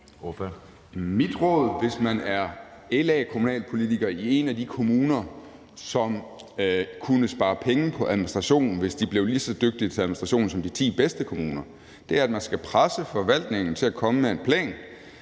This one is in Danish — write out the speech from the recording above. Mit råd, hvis man er LA-kommunalpolitiker i en af de kommuner, som kunne spare penge på administrationen, hvis de blev lige så dygtige til administration som de ti bedste kommuner, er, at man skal presse forvaltningen til at komme med en plan